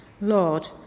Lord